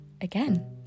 again